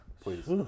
please